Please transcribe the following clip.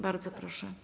Bardzo proszę.